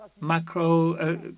macro